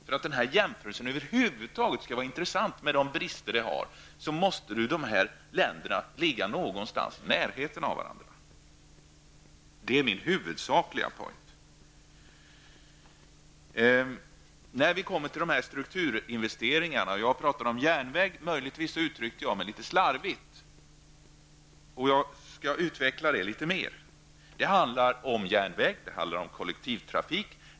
För att jämförelsen, med de brister den har, över huvud taget skall vara intressant måste dessa länders BNP vara på ungefär samma nivå. Det är min huvudsakliga uppfattning. När det gäller strukturinvesteringarna talade jag om järnvägen. Jag uttryckte mig möjligtvis litet slarvigt. Jag skall utveckla det utförligare. Det handlar om järnväg. Det handlar om kollektivtrafik.